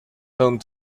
home